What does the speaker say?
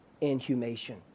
inhumation